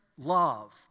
love